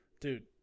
Dude